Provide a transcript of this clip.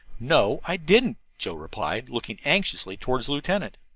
no, i didn't, joe replied, looking anxiously toward the lieutenant.